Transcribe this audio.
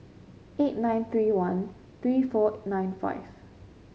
eight nine three one three four nine five